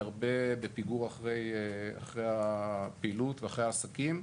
הרבה בפיגור אחרי הפעילות ואחרי העסקים.